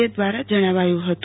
એ દવારા જણાવાયું હત